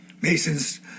Mason's